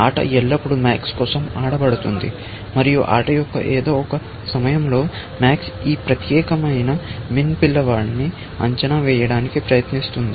ఆట ఎల్లప్పుడూ MAX కోసం ఆడబడుతుంది మరియు ఆట యొక్క ఏదో ఒక సమయంలో MAX ఈ ప్రత్యేకమైన MIN చైల్డ్ నోడ్ ని అంచనా వేయడానికి ప్రయత్నిస్తుంది